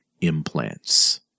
implants